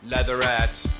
Leatherette